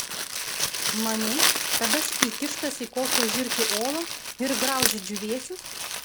manei kad aš įkištas į kokią žiurkių olą ir graužiu džiūvėsius